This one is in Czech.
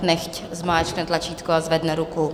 Nechť zmáčkne tlačítko a zvedne ruku.